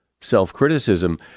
self-criticism